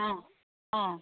অঁ অঁ